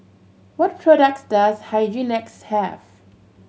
what products does Hygin X have